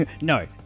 No